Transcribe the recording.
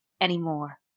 anymore